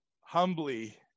humbly